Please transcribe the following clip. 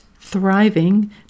thriving